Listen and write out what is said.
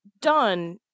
done